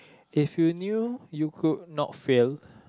if you knew you could not fail